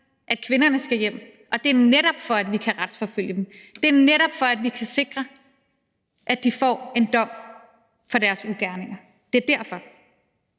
at kvinderne skal hjem, og det er netop, for at vi kan retsforfølge dem, det er netop, for at vi kan sikre, at de får en dom for deres ugerninger. Det er derfor.